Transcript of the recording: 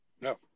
No